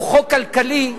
הוא חוק כלכלי,